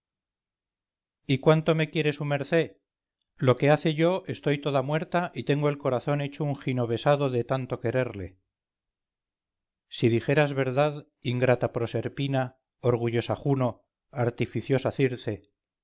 y cuánto me quiere su merced lo que hace yo estoy toda muerta y tengo el corazón hecho un ginovesado de tanto quererle si dijeras verdad ingrata proserpina orgullosa juno artificiosa circe